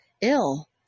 ill